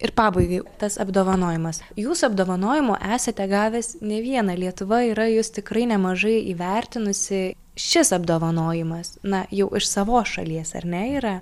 ir pabaigai tas apdovanojimas jūs apdovanojimų esate gavęs ne vieną lietuva yra jus tikrai nemažai įvertinusi šis apdovanojimas na jau iš savos šalies ar ne yra